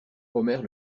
omer